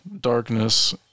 darkness